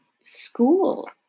school